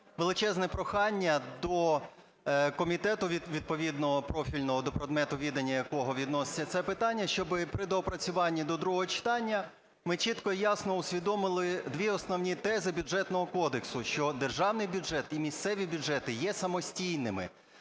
величезне прохання до комітету відповідного, профільного, до предмету відання якого відноситься це питання, щоб при доопрацюванні до другого читання ми чітко і ясно усвідомили дві основні тези Бюджетного кодексу, що державний бюджет і місцеві бюджети є самостійними.